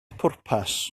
pwrpas